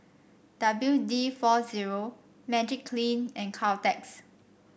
W D four zero Magiclean and Caltex